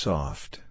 Soft